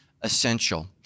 essential